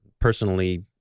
personally